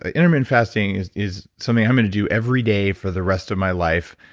ah intermittent fasting is is something i'm going to do every day for the rest of my life.